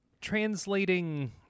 translating